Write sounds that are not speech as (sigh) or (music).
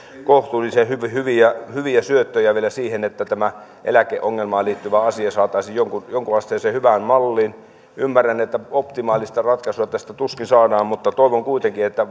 kohtuullisen hyviä hyviä syöttöjä vielä siihen että tämä eläkeongelmaan liittyvä asia saataisiin jonkunasteiseen hyvään malliin ymmärrän että optimaalista ratkaisua tästä tuskin saadaan mutta toivon kuitenkin että (unintelligible)